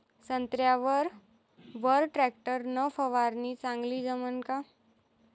संत्र्यावर वर टॅक्टर न फवारनी चांगली जमन का?